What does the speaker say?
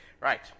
Right